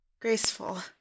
graceful